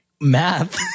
math